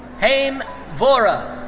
hem vora.